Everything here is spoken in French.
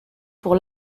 pour